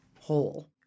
whole